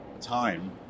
time